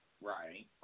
Right